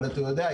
אבל אתה יודע,